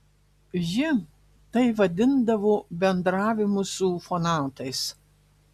ji tai vadindavo bendravimu su ufonautais